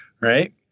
right